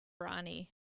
Ronnie